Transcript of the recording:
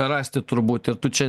rasti turbūt ir tu čia